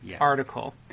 article